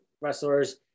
wrestlers